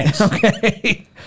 Okay